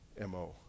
M-O